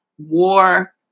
War